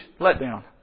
letdown